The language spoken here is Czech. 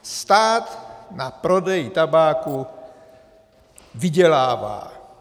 Stát na prodeji tabáku vydělává.